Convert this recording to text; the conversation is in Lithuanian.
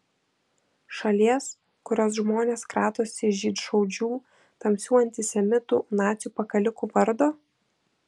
šalies kurios žmonės kratosi žydšaudžių tamsių antisemitų nacių pakalikų vardo